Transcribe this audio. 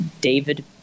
David